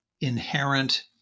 inherent